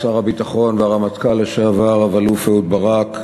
שר הביטחון והרמטכ"ל לשעבר רב-אלוף אהוד ברק,